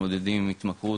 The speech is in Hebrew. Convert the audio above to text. מתמודדים עם התמכרות,